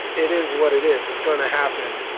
it is what it is, it's going to happen,